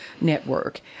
Network